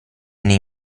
nei